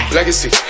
Legacy